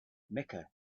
mecca